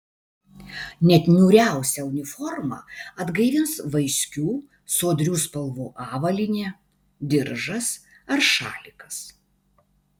net niūriausią uniformą atgaivins vaiskių sodrių spalvų avalynė diržas ar šalikas